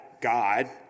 God